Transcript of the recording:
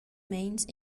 meins